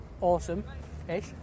Awesome-ish